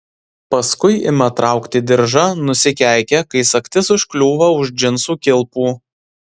paskui ima traukti diržą nusikeikia kai sagtis užkliūva už džinsų kilpų